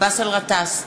באסל גטאס,